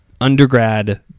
undergrad